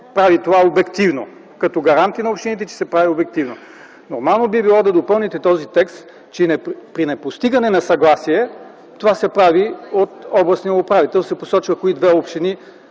прави това обективно, като гаранти на общините, че се прави обективно. Нормално би било да допълните този текст, че при непостигане на съгласие това се прави от областния управител – посочва се кои две общини